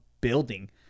building